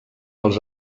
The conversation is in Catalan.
els